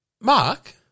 Mark